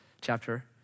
chapter